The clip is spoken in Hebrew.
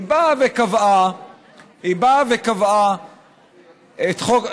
היא באה וקבעה את חוק,